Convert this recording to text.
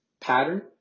pattern